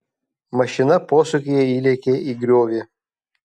mašina posūkyje įlėkė į griovį